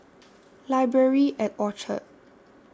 Library At Orchard